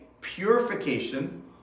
purification